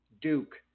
Duke